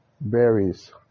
berries